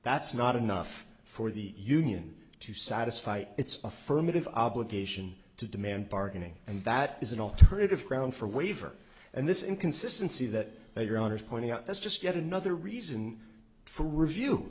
that's not enough for the union to satisfy its affirmative obligation to demand bargaining and that is an alternative crown for waiver and this inconsistency that they are owners pointing out that's just yet another reason for review